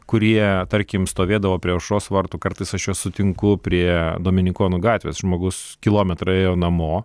kurie tarkim stovėdavo prie aušros vartų kartais aš juos sutinku prie dominikonų gatvės žmogus kilometrą ėjo namo